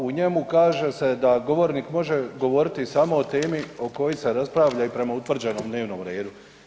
U njemu kaže se da govornik može govoriti samo o temi o kojoj se raspravlja i prema utvrđenom dnevnom redu.